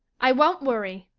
i won't worry.